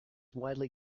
widely